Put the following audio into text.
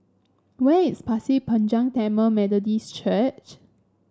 where is Pasir Panjang Tamil Methodist Church